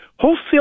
Wholesale